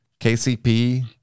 KCP